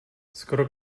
skoro